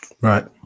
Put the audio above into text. Right